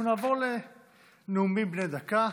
אנחנו נעבור לנאומים בני דקה.